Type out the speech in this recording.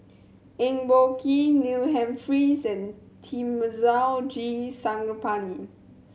Eng Boh Kee Neil Humphreys and Thamizhavel G Sarangapani